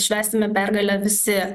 švęsime pergalę visi